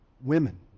Women